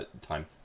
time